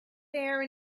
there